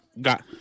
got